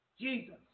Jesus